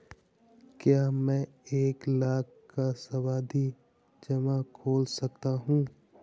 क्या मैं एक लाख का सावधि जमा खोल सकता हूँ?